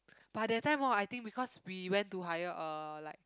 but the time hor I think because we went to hire uh like